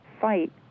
fight